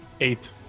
Eight